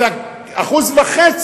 אז 1.5%